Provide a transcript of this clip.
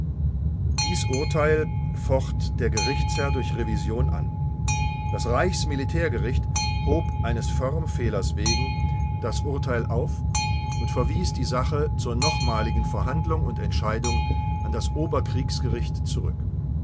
dies urteil focht der gerichtsherr durch revision an das reichs militärgericht hob eines formfehlers wegen das urteil auf und verwies die sache zur nochmaligen verhandlung und entscheidung an das oberkriegsgericht zurück